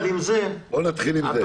בוא נתחיל עם זה.